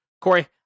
Corey